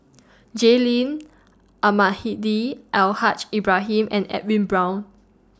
Jay Lim Almahdi Al Haj Ibrahim and Edwin Brown